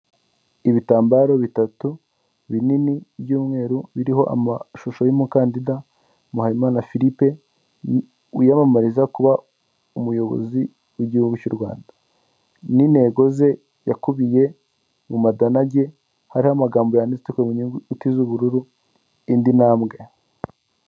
Ibitambaro bitatu binini by'umweru biriho amashusho y'umukandida Muhiyimana Philippe, wiyamamariza kuba umuyobozi w'igihugu cy'u Rwanda n'intego ze yakubiye mu madanage, hariho amagambo yanditse mu nyuguti z'ubururu indi ntambwe.